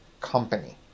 company